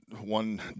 one